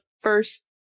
first